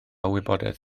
wybodaeth